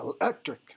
electric